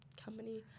company